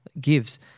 gives